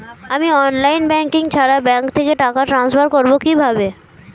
আমি online banking ছাড়া bank থেকে টাকা ট্রান্সফার করবো কিভাবে?